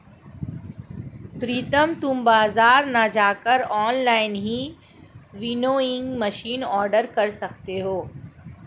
प्रितम तुम बाजार ना जाकर ऑनलाइन ही विनोइंग मशीन ऑर्डर कर सकते हो